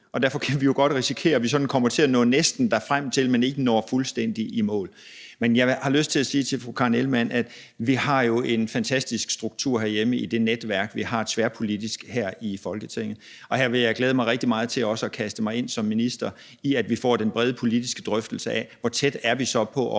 og derfor kan vi jo godt risikere, at vi sådan kommer til at nå næsten frem til dem, men ikke når fuldstændig i mål. Men jeg har lyst til at sige til fru Karen Ellemann, at vi jo har en fantastisk struktur herhjemme i det netværk, vi har tværpolitisk her i Folketinget. Her vil jeg glæde mig rigtig meget til som minister at kaste mig ind i, at vi får den brede politiske drøftelse af, hvor tæt vi så er på at